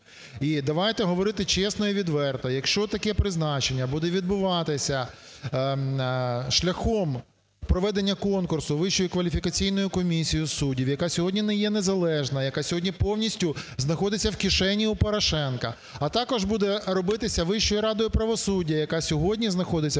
І давайте говорити чесно і відверто, якщо таке призначення буде відбуватися шляхом проведення конкурсу Вищою кваліфікаційною комісією суддів, яка сьогодні не є незалежна, яка сьогодні повністю знаходиться в кишені у Порошенка, а також буде робитися Вищою радою правосуддя, яка сьогодні знаходиться